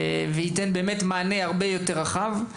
שייתן מענה הרבה יותר רחב.